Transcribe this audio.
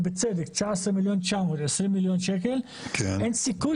ובצדק 19.900,020 מיליון שקל אין שום סיכוי